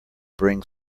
bring